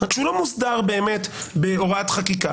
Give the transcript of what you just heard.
רק שזה לא מוסדר באמת בהוראת חקיקה.